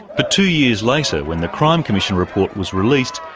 but two years later when the crime commission report was released,